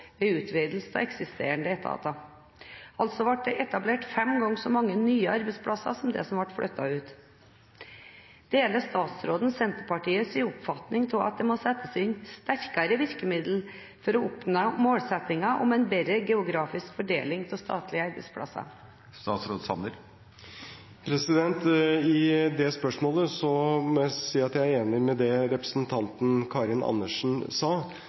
ved utvidelse av eksisterende etater. Altså ble det etablert fem ganger så mange nye arbeidsplasser som det ble flyttet ut. Deler statsråden Senterpartiets oppfatning av at det må settes inn sterkere virkemidler for å oppnå målsettingen om en bedre geografisk fordeling av statlige arbeidsplasser? Til det spørsmålet må jeg si at jeg er enig i det representanten Karin Andersen sa,